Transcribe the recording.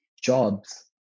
jobs